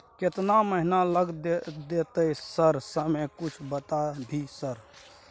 केतना महीना लग देतै सर समय कुछ बता भी सर?